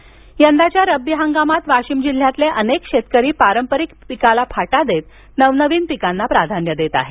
वाशिम मोहरी यंदाच्या रब्बी हंगामात वाशिम जिल्ह्यातले अनेक शेतकरी पारंपरिक पिकाला फाटा देत नवनवीन पिकांना प्राधान्य देत आहेत